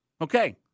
Okay